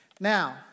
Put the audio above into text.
Now